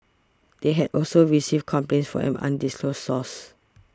they had also received complaints from an undisclosed source